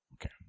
Okay